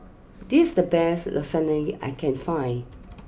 this the best Lasagna I can find